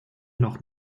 noch